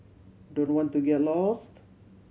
don't want to get lost